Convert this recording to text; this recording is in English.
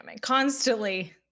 Constantly